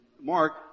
Mark